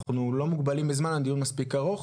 אנחנו לא מוגבלים בזמן, הדיון מספיק ארוך.